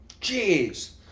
Jeez